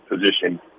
position